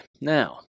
Now